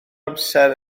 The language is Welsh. amser